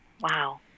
Wow